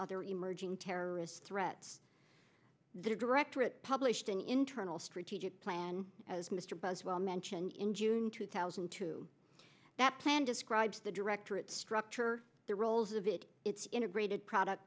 other emerging terrorist threats the directorate published an internal strategic plan as mr buswell mentioned in june two thousand and two that plan describes the directorate structure the roles of it it's integrated product